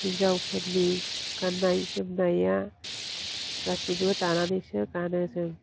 हिन्जावफोरनि गाननाय जोमनाया गासिबो दानानैसो गानो जों